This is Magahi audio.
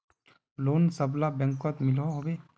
लोन सबला बैंकोत मिलोहो होबे?